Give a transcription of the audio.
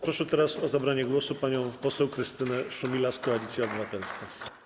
Proszę teraz o zabranie głosu panią poseł Krystynę Szumilas, Koalicja Obywatelska.